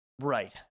Right